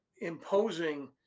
imposing